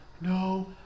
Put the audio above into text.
No